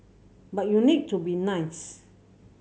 but you need to be nice